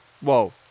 whoa